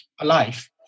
alive